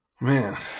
Man